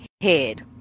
head